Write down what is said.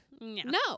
No